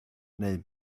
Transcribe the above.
neu